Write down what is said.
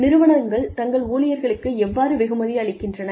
நிறுவனங்கள் தங்கள் ஊழியர்களுக்கு எவ்வாறு வெகுமதி அளிக்கின்றன